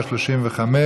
איילת